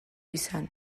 izan